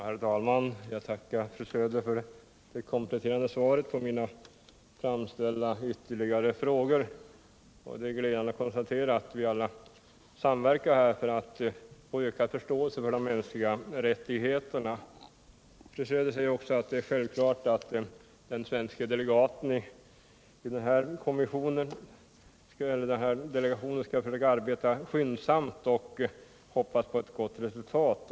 Herr talman! Jag tackar fru Söder för de kompletterande svaren på mina ytterligare frågor. Det är glädjande att konstatera att vi alla samverkar för att nå ökad förståelse för de mänskliga rättigheterna. Fru Söder säger att det är självklart att den svenske delegaten i kommissionen skall arbeta skyndsamt, och hon hoppas på ett gott resultat.